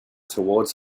towards